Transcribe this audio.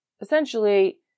essentially